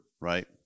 right